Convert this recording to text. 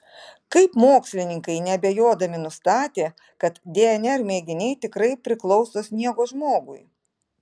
kaip mokslininkai neabejodami nustatė kad dnr mėginiai tikrai priklauso sniego žmogui